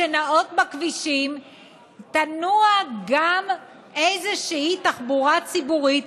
שנעות בכבישים תנוע גם איזושהי תחבורה ציבורית,